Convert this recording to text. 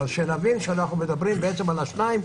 נבין שכאשר אנחנו מדברים על השניים,